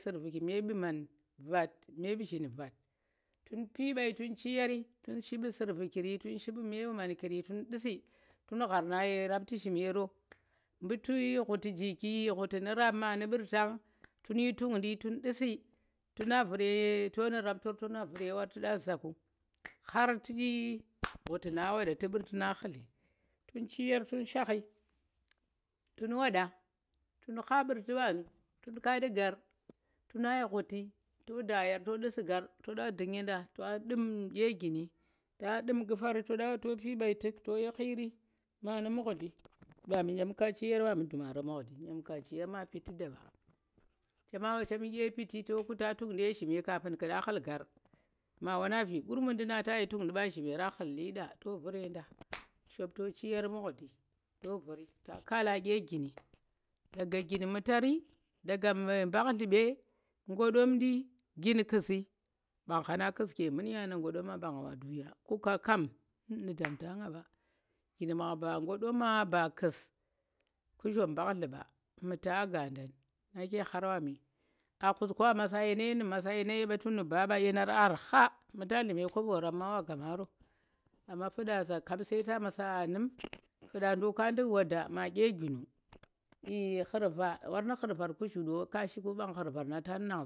Su̱rviki me mɓu mang vat, me mɓu zhim vat, tum pii mɓai tun chi yaari tum shi wu su̱rvikiri tun shi me wu mankiri tun nɗi su̱ tu̱n ghar na ye rapti zhimero mu tu ghurti njiki, ghuti nu̱ rap ma nu mɓurtang tun yi tungndi tun nɗi su̱ tuna vu̱r ye to nu̱ raptor tuna vu̱r yo wor tu̱ ɗa zaa ku khar tu̱ ghuti nang a wanɗa tu̱ mɓu̱rti nang aa ghunli tun chi yaar tun shakhi tun wanɗa tun kha mɓurti mɓanu tun ka nɗi nggar tuna yi ghuti to da yaar to nɗu̱ su̱ nggar to nɗa ɗu̱ng yenda ta nɗu̱m ɗye ngini ta nɗum ku̱fari to nɗa ɓa to pii mɓai tu̱k, to yi khiri ma mu̱ mu̱gndi mɓam chem ka chi yaar mɓami duma ni mu̱gndi, nyem ka chii yaa ma piti dai ɓa, chema wa cem yi ɗiye piti to kuta tungndi ye zhime kafun khu nda khu̱l nagar ma wanang vi gurmun nɗunang ta yi tungndi ɓa zhimera khu̱l leeɗa to vu̱r ye nda shop to chi yaar mugndi to vu̱ri ta kala ɗye ngini daga ngin mu̱tari daga mbang nlume, ƙoɗomndi, jin ƙuuzi, ɓang khanang jin ƙu̱s ke munya nu̱ ƙoɗoma ɓang wa ndu̱k ya kuka kam nu̱ damta nga ɓa jiri ɓang ba ƙoɗoma, bu kuus, kuzhom mbang numɓa, muruta aa gandang, nake ƙhar wami aa ƙhuskwa masa yeena ye nu̱ masa yeena ye ɓa nu̱ mba ɓayeenaran arha mu̱ ta nlu̱ me kobo rap ma wa gumaro amma fu̱nda za sai ta masa a num fu̱nda ndu̱k ka ndu̱k wada ma ɗye jinu i ghurva, wor mu̱ ghurvar ku zhu̱u̱ ɗo ka shi ku mban ta nang.